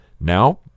Now